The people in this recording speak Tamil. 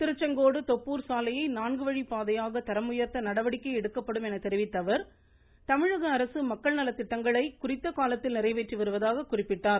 திருச்செங்கோடு தொப்பூர் சாலையை நான்குவழிப் பாதையாக தரம் உயர்த்த நடவடிக்கை எடுக்கப்படும் என்று தெரிவித்த அவர் தமிழக அரசு மக்கள் நலத்திட்டங்களை குறித்த காலத்தில் நிறைவேற்றி வருவதாக குறிப்பிட்டார்